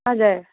हजुर